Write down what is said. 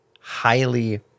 highly